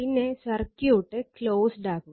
പിന്നെ circuit closed ആക്കുക